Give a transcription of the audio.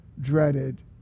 dreaded